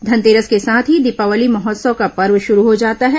धनतेरस के साथ ही दीपावली महोत्सव का पर्व शरू हो जाता है